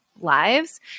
lives